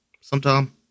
sometime